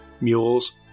mules